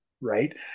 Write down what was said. Right